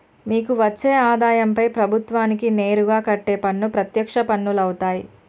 మీకు వచ్చే ఆదాయంపై ప్రభుత్వానికి నేరుగా కట్టే పన్ను ప్రత్యక్ష పన్నులవుతాయ్